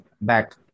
back